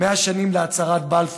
100 שנים להצהרת בלפור,